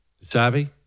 Savvy